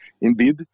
Indeed